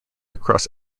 across